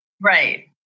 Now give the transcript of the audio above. Right